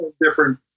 different